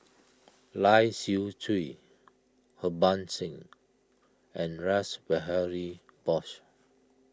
Lai Siu Chiu Harbans Singh and Rash Behari Bose